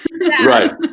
Right